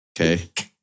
Okay